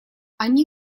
они